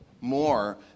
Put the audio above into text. more